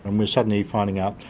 and we're suddenly finding out,